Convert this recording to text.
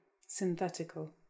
synthetical